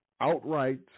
outright